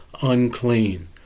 unclean